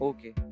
Okay